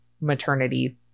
maternity